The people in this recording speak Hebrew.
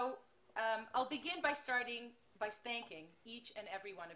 אני אתחיל בכך שאגיד תודה לכל אחד ואחד מכם